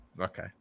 Okay